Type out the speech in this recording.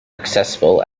accessible